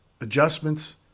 adjustments